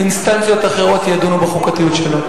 אינסטנציות אחרות ידונו בחוקתיות שלו.